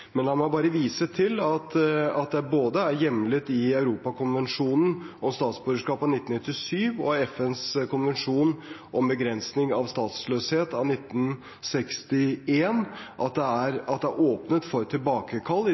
La meg bare vise til at det både er hjemlet i Europarådskonvensjonen om statsborgerskap av 1997 og i FNs konvensjon om begrensning av statsløshet av 1961 at det er åpnet for tilbakekall